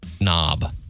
knob